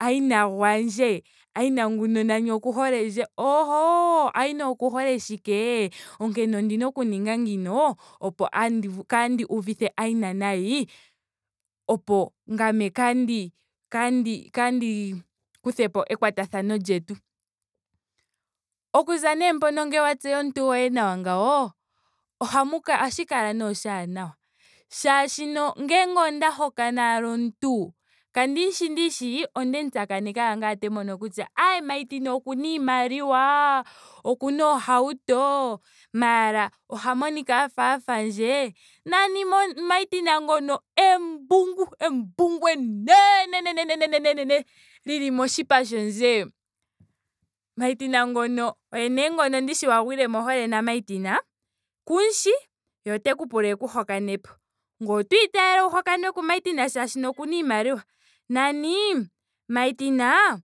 Aina gwandje. Aina ngguno nani oku holendje ohh aina oku hole shike. onkene ondina oku ninga ngino opo kandi uvithe aina nayi opo ngame kaandi kandii kandii kuthepo ekwathano lyetu. Okuza nee mpono ngele wa tseya omuntu goye nawa ngawo. ohamu kala ohashi kala nee oshaanawa. Molwaashoka ngele onda hokana ashike omuntu. kandimu shi ndishi. ondemu tsakaneke ashike ngame ote mono kutya ae martin okuna iimaliwa. okuna ohauto. maara oha nonika afa a fandje. nani mo- martin ngono embungu embungu enenenenene lili moshipa shonzi. Martin ngono oye nee ngono ndishi wa gwile mohole na martin. kumushi. ye oteku pula eku hokanepo. ngoye oto itayele wu hokanwe mu marthin molwaashoka okuna iimaliwa. nani martin